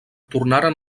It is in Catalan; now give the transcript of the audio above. tornaren